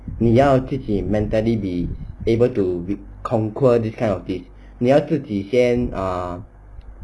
你要自己 mentally be able to re~ conquer this kind of things 你要自己先 err